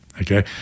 okay